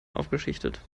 aufgeschichtet